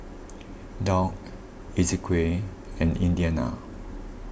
Dock Ezequiel and Indiana